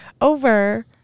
over